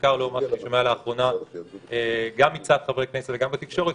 בעיקר מה שאני שומע לאחרונה גם מצד חברי כנסת וגם בתקשורת,